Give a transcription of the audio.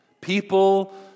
People